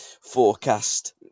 forecast